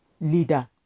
leader